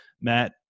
Matt